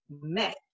met